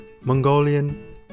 Mongolian